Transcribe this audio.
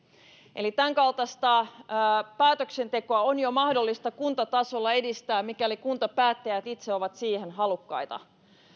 eli tämänkaltaista päätöksentekoa on jo mahdollista kuntatasolla edistää mikäli kuntapäättäjät itse ovat siihen halukkaita